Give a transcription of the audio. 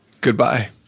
Goodbye